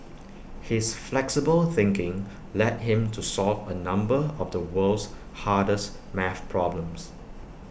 his flexible thinking led him to solve A number of the world's hardest math problems